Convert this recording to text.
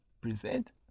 present